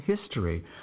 history